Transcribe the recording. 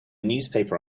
newspaper